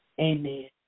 Amen